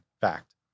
fact